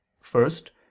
First